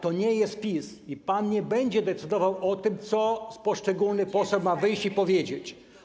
To nie jest PiS i pan nie będzie decydował o tym, co poszczególni posłowie mają powiedzieć.